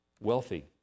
wealthy